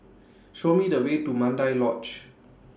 Show Me The Way to Mandai Lodge